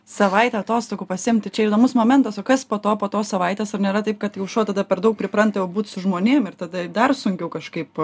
savaitę atostogų pasiimti čia įdomus momentas o kas po to po to savaites ar nėra taip kad šuo jau tada per daug pripranta jau būt su žmonėm ir tada dar sunkiau kažkaip